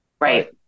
right